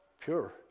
pure